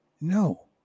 No